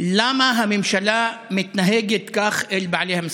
למה הממשלה מתנהגת כך אל בעלי המסעדות?